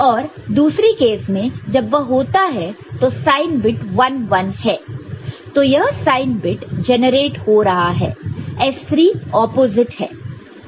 और दूसरी केस में जब वह होता है तो साइन बिट 11 है तो यह साइन बिट जेनरेट हो रहा है S3 ऑपोजिट है